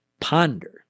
Ponder